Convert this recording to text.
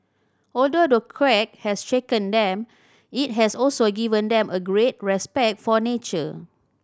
although the quake has shaken them it has also given them a greater respect for nature